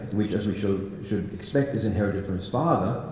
which, as we showed, should expect, is inherited from his father,